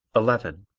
eleven.